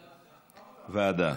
ועדה.